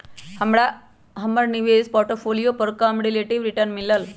हमरा हमर निवेश पोर्टफोलियो पर कम रिलेटिव रिटर्न मिलल